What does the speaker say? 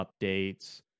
updates